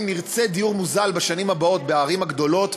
אם נרצה דיור מוזל בשנים הבאות בערים הגדולות,